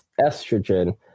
estrogen